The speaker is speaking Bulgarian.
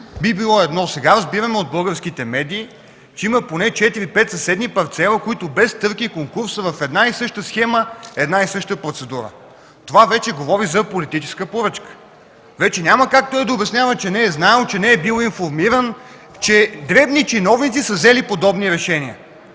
би било едно. Сега разбираме от българските медии, че има поне 4-5 съседни парцела, които без търг и конкурс са в една и съща схема, една и съща процедура. Това вече говори за политическа поръчка. Вече няма как той да обяснява, че не е знаел, че не е бил информиран, че дребни чиновници са взели подобни решения!